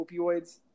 opioids